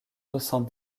soixante